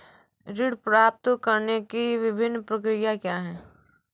ऋण प्राप्त करने की विभिन्न प्रक्रिया क्या हैं?